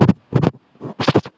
हम मुर्गा कुंसम करे पालव?